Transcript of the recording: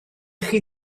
chi